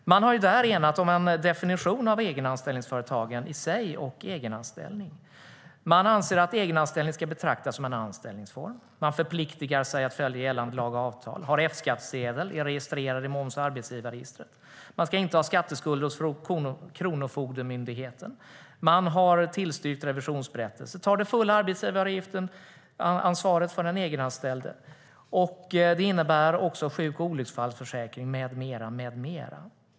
Man har där enats om en definition av egenanställningsföretag i sig och av egenanställning. Man anser att egenanställning ska betraktas som en anställningsform. Man förpliktar sig att följa gällande lagar och avtal, har F-skattsedel och är registrerad i moms och arbetsgivarregistret. Man ska inte ha skatteskulder hos Kronofogdemyndigheten. Man har tillstyrkt revisionsberättelse och tar det fulla arbetsgivaravgiftsansvaret för den egenanställde. Det innebär också sjuk och olycksfallsförsäkring med mera.